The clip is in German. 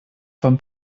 vom